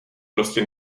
prostě